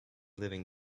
living